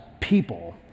people